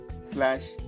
slash